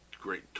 great